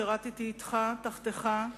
שירתתי אתך, תחתיך.